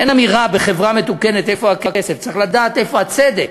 אין אמירה בחברה מתוקנת "איפה הכסף?" צריך לדעת איפה הצדק,